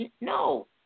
No